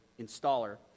installer